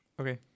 Okay